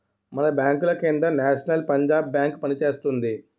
మన బాంకుల కింద నేషనల్ పంజాబ్ బేంకు పనిచేస్తోంది